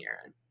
Aaron